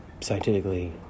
Scientifically